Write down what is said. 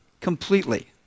completely